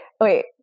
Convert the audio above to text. Wait